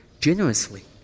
generously